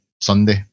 Sunday